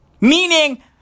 Meaning